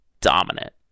dominant